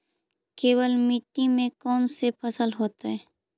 केवल मिट्टी में कौन से फसल होतै?